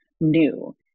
new